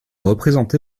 représenté